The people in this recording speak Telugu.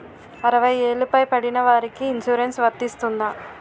అరవై ఏళ్లు పై పడిన వారికి ఇన్సురెన్స్ వర్తిస్తుందా?